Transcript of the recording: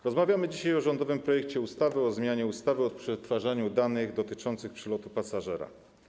Rozmawiamy dzisiaj o rządowym projekcie ustawy o zmianie ustawy o przetwarzaniu danych dotyczących przelotu pasażera.